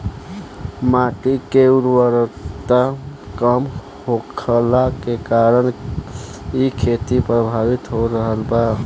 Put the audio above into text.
माटी के उर्वरता कम होखला के कारण इ खेती प्रभावित हो रहल बा